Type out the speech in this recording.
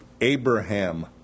Abraham